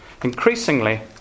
Increasingly